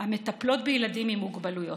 המטפלות בילדים עם מוגבלויות.